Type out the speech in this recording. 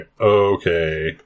okay